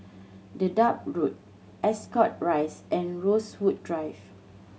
Dedap Road Ascot Rise and Rosewood Drive